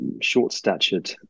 short-statured